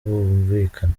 bumvikana